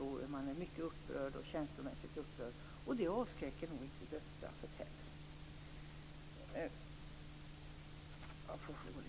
Man är ofta mycket känslomässigt upprörd, och då avskräcker nog inte heller dödsstraffet.